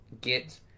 get